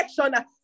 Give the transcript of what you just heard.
election